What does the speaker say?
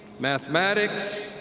mathematics,